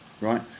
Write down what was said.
right